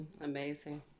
amazing